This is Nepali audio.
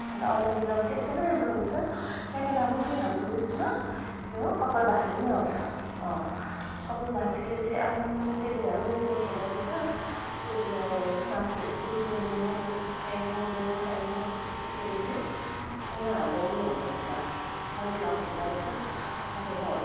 अन्त अनुलोम बिलोम चाहिँ एकदमै राम्रो हुन्छ सेकेन्ड अब फेरि हाम्रो ऊ यसमा यो कपाल भाती पनि आउँछ अँ कपाल भातीले चाहिँ आमाम त्यसले झन् वेट लोस हुँदो रहेछ त्यो सास स्पिडले लिनु फ्याँक्नु लिनु फ्याँक्नु त्यसले चाहिँ एकदम हाम्रो ऊ यो हुँदो रहेछ वेट लोस हुँदो रहेछ तपाईँको